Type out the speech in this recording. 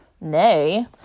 nay